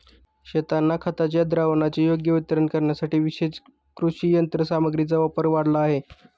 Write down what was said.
शेतांना खताच्या द्रावणाचे योग्य वितरण करण्यासाठी विशेष कृषी यंत्रसामग्रीचा वापर वाढला आहे